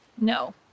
No